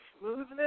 smoothness